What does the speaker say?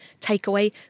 takeaway